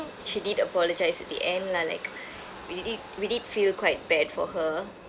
she did apologise at the end lah like we did we did feel quite bad for her